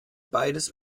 beides